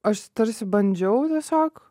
aš tarsi bandžiau tiesiog